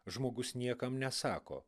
žmogus niekam nesako